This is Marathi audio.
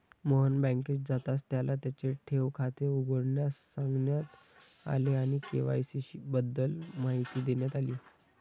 मोहन बँकेत जाताच त्याला त्याचे ठेव खाते उघडण्यास सांगण्यात आले आणि के.वाय.सी बद्दल माहिती देण्यात आली